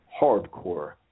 hardcore